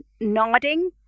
nodding